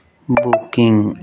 booking